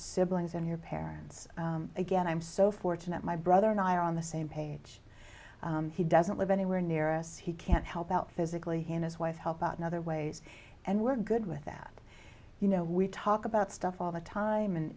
siblings and your parents again i'm so fortunate my brother and i are on the same page he doesn't live anywhere near us he can't help out physically he and his wife help out in other ways and we're good with that you know we talk about stuff all the time and